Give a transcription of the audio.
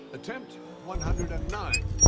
attempt one hundred and nine.